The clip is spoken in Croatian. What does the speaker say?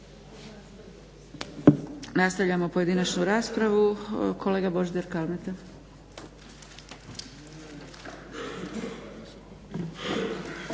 Nastavljamo pojedinačnu raspravu. Kolega Božidar Kalmeta.